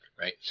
right